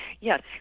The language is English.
Yes